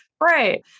Right